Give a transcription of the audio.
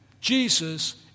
Jesus